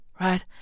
right